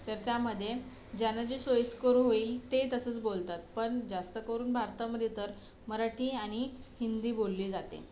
तर त्यामध्ये ज्याना जे सोयीस्कर होईल ते तसंच बोलतात पण जास्त करून भारतामध्ये तर मराठी आणि हिंदी बोलली जाते